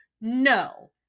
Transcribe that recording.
No